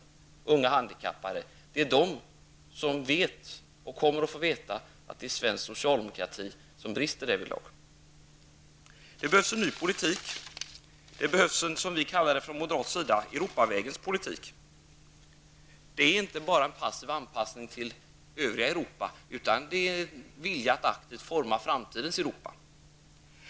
Det är de unga handikappade som vet och kommer att få veta att det är svensk socialdemokrati som brister därvidlag. Det behövs en ny politik. Det behövs, som vi moderater kallar en ny politik Europavägens politik. Den innebär inte en passiv anpassning till det övriga Europa utan en vilja att aktivt forma framtidens Europa.